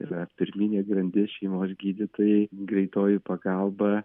yra pirminė grandis šeimos gydytojai greitoji pagalba